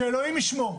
שאלוהים ישמור.